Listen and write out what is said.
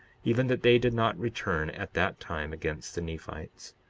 even that they did not return at that time against the nephites.